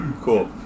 Cool